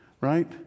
Right